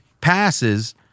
passes